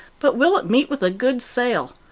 but will it meet with a good sale,